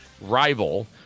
Rival